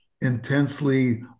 intensely